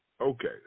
Okay